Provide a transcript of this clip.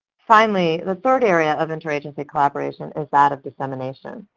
finally, the third area of interagency collaboration is that of dissemination,